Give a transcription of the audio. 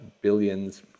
billions